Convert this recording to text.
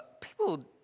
people